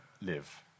live